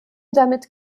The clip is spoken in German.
damit